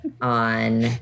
on